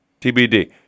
TBD